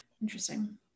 Interesting